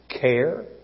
care